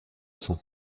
sang